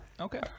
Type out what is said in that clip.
Okay